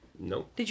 Nope